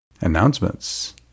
Announcements